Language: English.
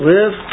Live